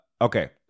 Okay